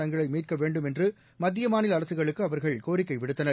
தங்களை மீட்க வேண்டும் என்று மத்திய மாநில அரசுளுக்கு அவர்கள் கோரிக்கை விடுத்தனர்